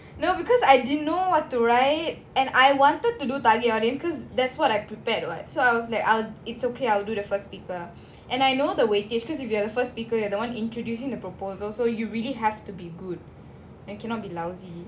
no because I didn't know what to write and I wanted to do target audience cause that's what I prepared [what] so I was like it's okay I will do the first speaker and I know the weightage because if you are the first speaker you are the one introducing the proposal so you really have to be good like cannot be lousy